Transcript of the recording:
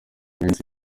minsi